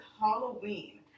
Halloween